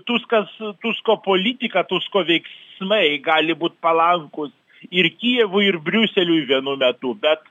tuskas tusko politika tusko veiksmai gali būt palankūs ir kijevui ir briuseliui vienu metu bet